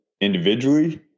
individually